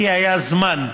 כי היה זמן.